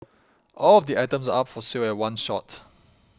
all of the items are up for sale at one shot